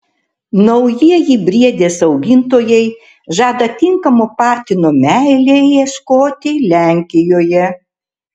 naujieji briedės augintojai žada tinkamo patino meilei ieškoti lenkijoje